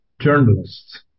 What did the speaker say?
journalists